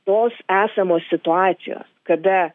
tos esamos situacijos kada